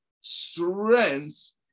strengths